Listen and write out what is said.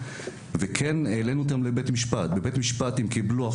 הוא מקבל את